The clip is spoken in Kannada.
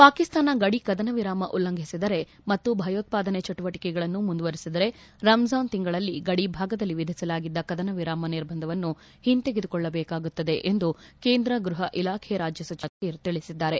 ಪಾಕಿಸ್ತಾನ ಗಡಿ ಕದನ ವಿರಾಮ ಉಲ್ಲಂಘಿಸಿದರೆ ಮತ್ತು ಭಯೋತ್ಪಾದನೆ ಚಟುವಟಿಕೆಯನ್ನು ಮುಂದುವರಿಸಿದರೆ ರಂಜಾನ್ ತಿಂಗಳಲ್ಲಿ ಗಡಿ ಭಾಗದಲ್ಲಿ ವಿಧಿಸಲಾಗಿದ್ದ ಕದನ ವಿರಾಮ ನಿರ್ಬಂಧವನ್ನು ಹಿಂತೆಗೆದುಕೊಳ್ಳಬೇಕಾಗುತ್ತದೆ ಎಂದು ಕೇಂದ್ರ ಗೃಹ ಇಲಾಖೆ ರಾಜ್ಯ ಸಚಿವ ಹಂಸರಾಜ್ ಅಹಿರ್ ತಿಳಿಸಿದ್ದಾರೆ